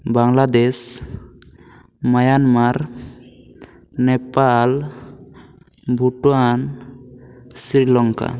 Bangladesh Myanmar Nepal Bhutan Sri Lanka